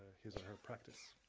his or her practice.